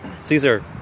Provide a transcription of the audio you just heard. Caesar